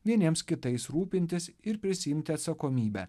vieniems kitais rūpintis ir prisiimti atsakomybę